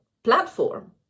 platform